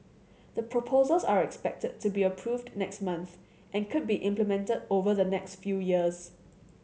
the proposals are expected to be approved next month and could be implemented over the next few years